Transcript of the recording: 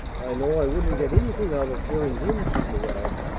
i know i wouldn't get anything out of hearing him chew the rag.